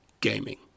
gaming